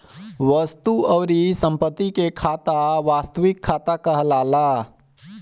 वस्तु अउरी संपत्ति के खाता वास्तविक खाता कहलाला